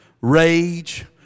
rage